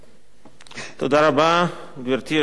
גברתי היושבת-ראש,